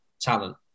talent